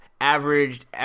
averaged